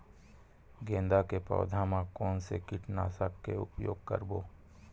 गेंदा के पौधा म कोन से कीटनाशक के उपयोग करबो?